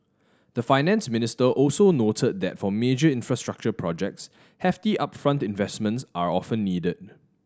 the Finance Minister also noted that for major infrastructure projects hefty upfront investments are often needed